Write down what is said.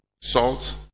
salt